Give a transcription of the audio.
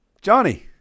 johnny